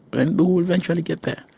and we'll eventually get there.